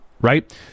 right